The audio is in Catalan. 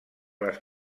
les